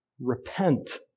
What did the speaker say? Repent